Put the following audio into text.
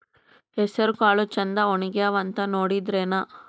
ಹೆಸರಕಾಳು ಛಂದ ಒಣಗ್ಯಾವಂತ ನೋಡಿದ್ರೆನ?